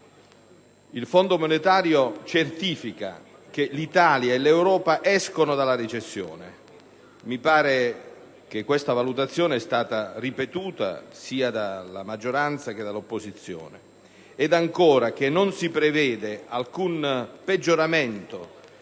internazionale certifica che l'Italia e l'Europa escono dalla recessione. Mi sembra che questa valutazione sia stata ripetuta sia dalla maggioranza che dell'opposizione. Ed ancora, che non si prevede alcun peggioramento